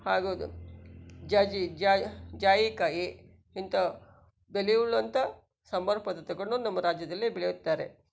ಹಾಗೂ ಜಾಜಿ ಜಾಯಿ ಜಾಯಿಕಾಯಿ ಇಂತಹ ಬೆಲೆಯುಳ್ಳಂಥ ಸಂಬಾರ ಪದಾರ್ಥಗಳು ನಮ್ಮ ರಾಜ್ಯದಲ್ಲಿ ಬೆಳೆಯುತ್ತಾರೆ